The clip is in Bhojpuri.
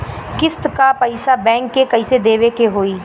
किस्त क पैसा बैंक के कइसे देवे के होई?